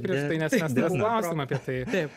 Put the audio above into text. prieš tai nes mes tavęs klausėm apie tai taip